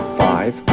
five